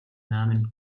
namen